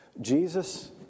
Jesus